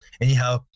anyhow